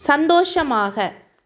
சந்தோஷமாக